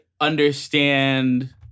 understand